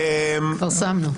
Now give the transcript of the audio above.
וגם אנחנו חשבנו,